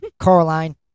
Caroline